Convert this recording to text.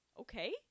Okay